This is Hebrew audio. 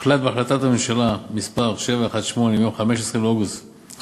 הוחלט בהחלטת הממשלה מס' 718 מיום 15 בנובמבר